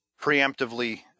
preemptively